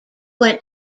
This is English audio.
went